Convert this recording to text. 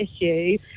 issue